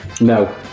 no